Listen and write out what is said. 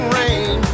rain